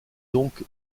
donc